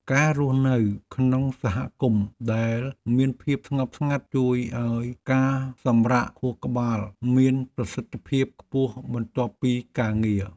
ការរស់នៅក្នុងសហគមន៍ដែលមានភាពស្ងប់ស្ងាត់ជួយឱ្យការសម្រាកខួរក្បាលមានប្រសិទ្ធភាពខ្ពស់បន្ទាប់ពីការងារ។